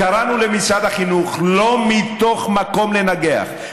קראנו למשרד החינוך לא מתוך מקום לנגח,